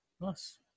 nice